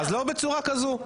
אז לא בצורה כזו.